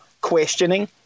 questioning